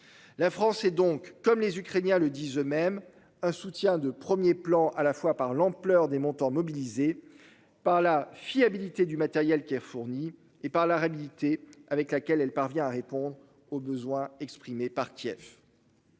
La France et donc comme les Ukrainiens le disent eux mêmes, un soutien de 1er plan à la fois par l'ampleur des montants mobilisés par la fiabilité du matériel qui est fourni et par la rapidité avec laquelle elle parvient à répondre aux besoins exprimés par Kiev.